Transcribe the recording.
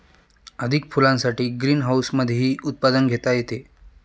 अधिक फुलांसाठी ग्रीनहाऊसमधेही उत्पादन घेता येते